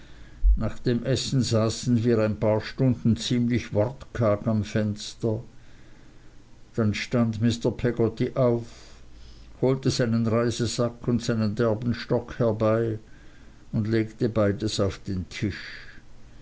nach dem essen saßen wir ein paar stunden ziemlich wortkarg am fenster dann stand mr peggotty auf holte seinen reisesack und seinen derben stock herbei und legte beides auf den tisch